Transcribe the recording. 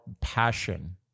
passion